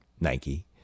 Nike